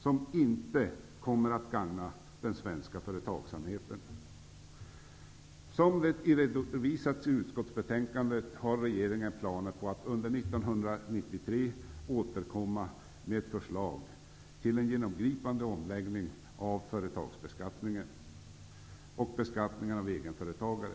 som inte kommer att gagna den svenska företagsamheten. Som redovisats i utskottsbetänkandet har regeringen planer på att under 1993 återkomma med ett förslag till en genomgripande omläggning av företagsbeskattningen och beskattningen av egenföretagare.